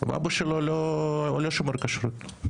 אבא שלו לא שומר כשרות.